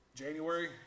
January